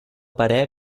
parer